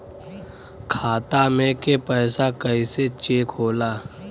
खाता में के पैसा कैसे चेक होला?